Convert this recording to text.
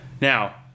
Now